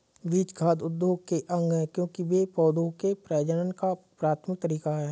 बीज खाद्य उद्योग के अंग है, क्योंकि वे पौधों के प्रजनन का प्राथमिक तरीका है